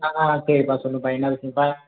ஆ சரிப்பா சொல்லுப்பா என்ன விஷயம்ப்பா